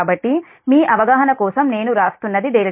కాబట్టి మీ అవగాహన కోసం నేను వ్రాస్తున్నది 2